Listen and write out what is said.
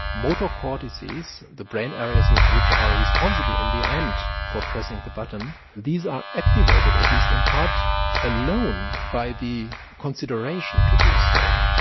motor cortices, the brain areas ah which are responsible in the end for pressing the button, these are activated at least in part alone by the consideration to do so.